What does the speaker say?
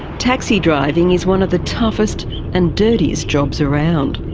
taxi driving is one of the toughest and dirtiest jobs around.